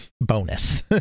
bonus